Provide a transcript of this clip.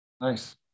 Nice